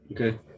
okay